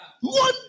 one